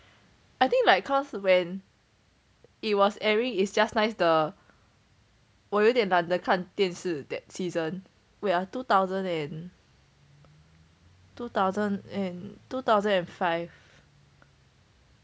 I think like cause when it was airing is just nice the 我有点懒得看电视 that season wait ah two thousand and two thousand and two thousand and five